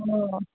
অঁ